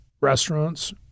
restaurants